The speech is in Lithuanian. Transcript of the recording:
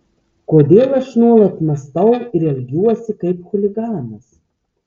kodėl aš nuolat mąstau ir elgiuosi kaip chuliganas